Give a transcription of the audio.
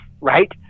right